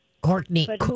Courtney